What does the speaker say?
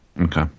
okay